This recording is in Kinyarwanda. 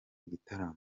igitaramo